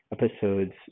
episodes